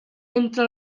entre